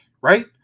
right